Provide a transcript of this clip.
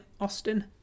Austin